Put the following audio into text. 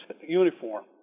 uniform